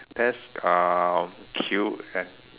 that's uh cute and